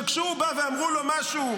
כשהוא בא ואמרו לו משהו,